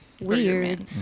weird